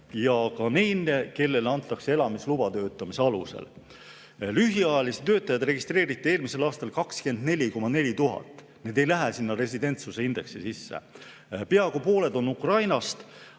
kui ka neile, kellele antakse elamisluba töötamise alusel. Lühiajalisi töötajaid registreeriti eelmisel aastal 24,4 tuhat. Need ei lähe sinna residentsuse indeksi sisse. Peaaegu pooled on Ukrainast,